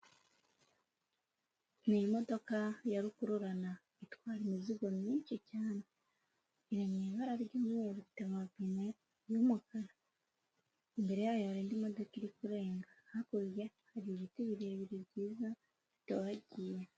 Ni imodoka ya rukururana itwara imizigo myinshi cyane. Iri mu ibara ry'umweru, ifite amapine y'umukara. Imbere yayo hari indi modoka iri kurenga. Hakurya hari ibiti birebire byiza, bitohagiye.